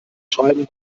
schreiben